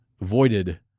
voided